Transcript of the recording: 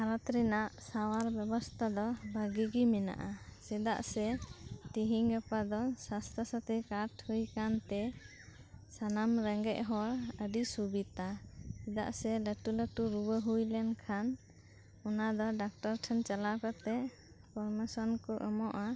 ᱵᱷᱟᱨᱚᱛ ᱨᱮᱱᱟᱜ ᱥᱟᱶᱟᱨ ᱵᱮᱵᱚᱥᱛᱷᱟ ᱫᱚ ᱵᱷᱟᱹᱜᱮ ᱜᱮ ᱢᱮᱱᱟᱜᱼᱟ ᱪᱮᱫᱟᱜ ᱥᱮ ᱛᱮᱹᱦᱮᱹᱧ ᱜᱟᱯᱟ ᱫᱚ ᱥᱟᱥᱛᱷᱚᱥᱟᱛᱷᱤ ᱠᱟᱨᱰ ᱦᱳᱭ ᱟᱠᱟᱱᱛᱮ ᱥᱟᱱᱟᱢ ᱨᱮᱜᱮᱡᱽ ᱦᱚᱲ ᱟᱹᱰᱤ ᱥᱩᱵᱤᱫᱷᱟ ᱪᱮᱫᱟᱜ ᱥᱮ ᱞᱟᱹᱴᱩ ᱞᱟᱹᱴᱩ ᱨᱩᱣᱟᱹ ᱦᱳᱭ ᱞᱮᱱᱠᱷᱟᱱ ᱚᱱᱟ ᱫᱚ ᱰᱟᱠᱴᱚᱨ ᱴᱷᱮᱱ ᱪᱟᱞᱟᱣ ᱠᱟᱛᱮ ᱯᱨᱢᱳᱥᱚᱱ ᱠᱚ ᱮᱢᱚᱜᱼᱟ